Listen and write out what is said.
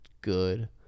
good